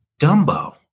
Dumbo